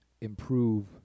improve